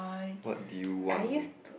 what do you want